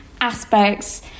aspects